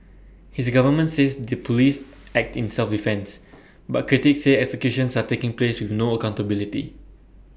his government says the Police act in self defence but critics say executions are taking place with no accountability